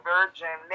Virgin